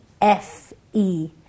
F-E